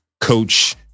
coach